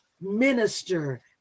minister